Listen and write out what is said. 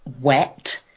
wet